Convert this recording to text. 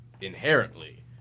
inherently